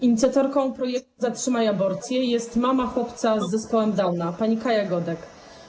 Inicjatorką projektu „Zatrzymaj aborcję” jest mama chłopca z zespołem Downa pani Kaja Godek.